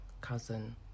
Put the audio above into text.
cousin